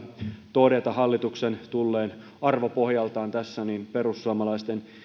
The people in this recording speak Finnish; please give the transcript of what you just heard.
todeta hallituksen tulleen arvopohjaltaan tässä perussuomalaisten